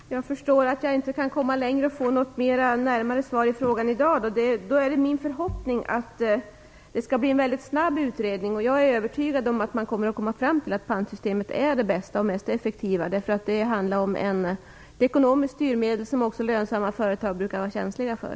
Fru talman! Jag förstår att jag inte i dag kan kan få något mera ingående svar på min fråga. Det är då min förhoppning att det skall bli en mycket snabb utredning. Jag är övertygad om att man skall komma fram till att pantsystemet är det bästa och mest effektiva. Det handlar om ett ekonomiskt styrmedel, något som också lönsamma företag brukar vara känsliga för.